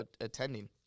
attending